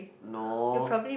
no